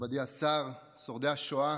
מכובדי השר, שורדי השואה